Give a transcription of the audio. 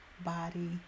body